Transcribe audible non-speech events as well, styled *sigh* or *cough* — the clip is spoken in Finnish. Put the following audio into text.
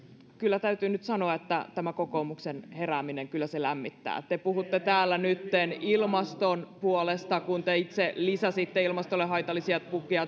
kyllä täytyy nyt sanoa että tämä kokoomuksen herääminen kyllä se lämmittää te puhutte täällä nytten ilmaston puolesta kun te itse lisäsitte ilmastolle haitallisia tukia *unintelligible*